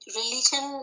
religion